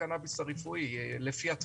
אם הולכים אחורה לסוף 2019 תחילת 2020,